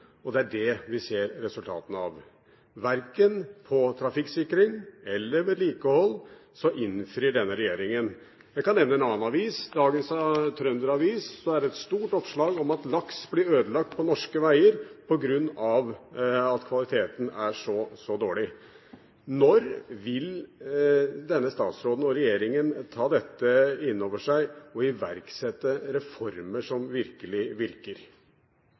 Det er det vi ser resultatene av. Verken på trafikksikring eller vedlikehold innfrir denne regjeringen. Jeg kan nevne en annen avis, dagens Trønderavisa, som har et stort oppslag om at laks blir ødelagt på norske veier, på grunn av at veikvaliteten er så dårlig. Når vil denne statsråden og regjeringen ta dette inn over seg, og iverksette reformer som virkelig virker?